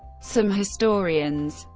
some historians,